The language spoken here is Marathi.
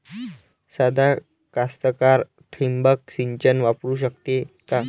सादा कास्तकार ठिंबक सिंचन वापरू शकते का?